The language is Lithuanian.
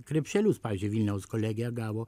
krepšelius pavyzdžiui vilniaus kolegija gavo